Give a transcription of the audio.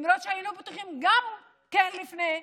למרות שהיינו בטוחים גם לפני כן,